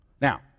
Now